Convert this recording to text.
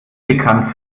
bekannt